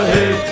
Hey